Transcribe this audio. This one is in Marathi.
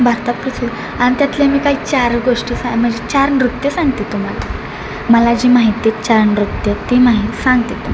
भारतात प्रसि आणि त्यातले मी काही चार गोष्टी सा म्हणजे चार नृत्य सांगते तुम्हाला मला जी माहिती आहेत चार नृत्य ती माहीत सांगते तुम्हाला